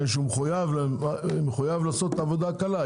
בגלל שהוא מחויב לעשות את העבודה הקלה,